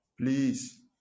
please